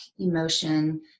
emotion